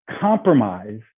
compromise